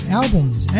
albums